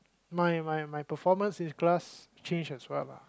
my my my performance in class change as well lah